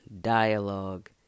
dialogue